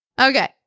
Okay